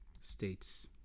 states